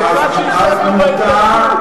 מה להשיג?